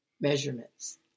measurements